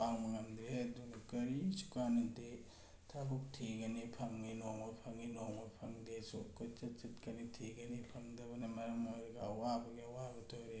ꯄꯥꯡꯕ ꯉꯝꯗ꯭ꯔꯦ ꯑꯗꯨꯅ ꯀꯔꯤꯁꯨ ꯀꯥꯟꯅꯗꯦ ꯊꯕꯛ ꯊꯤꯒꯅꯤ ꯐꯪꯉꯦ ꯅꯣꯡꯃ ꯐꯪꯉꯤ ꯅꯣꯡꯃ ꯐꯪꯗꯦꯁꯨ ꯀꯣꯏꯆꯠ ꯆꯠꯀꯅꯤ ꯊꯤꯒꯅꯤ ꯐꯪꯗꯕꯅ ꯃꯔꯝ ꯑꯣꯏꯔꯒ ꯑꯋꯥꯕꯒꯤ ꯑꯋꯥꯕꯇ ꯑꯣꯏꯔꯦ ꯑꯗꯨꯅ